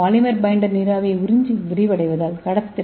polymer binder நீராவியை உறிஞ்சி விரிவடைவதால் கடத்துத்திறன் குறைகிறது